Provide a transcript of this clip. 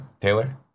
Taylor